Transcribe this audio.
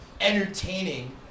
entertaining